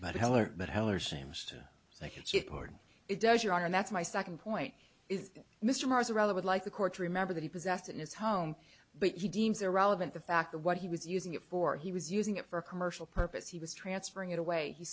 important it does your honor and that's my second point is mr morris rather would like the courts remember that he possessed it in his home but he deems irrelevant the fact that what he was using it for he was using it for a commercial purpose he was transferring it away he